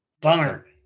Bummer